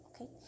okay